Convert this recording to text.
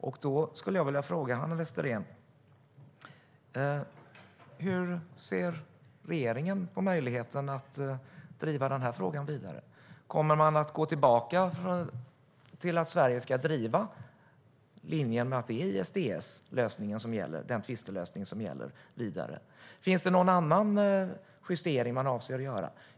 Jag skulle därför vilja fråga Hanna Westerén hur regeringen ser på möjligheten att driva frågan vidare. Kommer man att gå tillbaka till att Sverige ska driva linjen att det är ISDS och den tvistlösningen som gäller? Finns det någon annan justering man avser att göra?